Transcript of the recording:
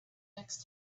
next